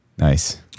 Nice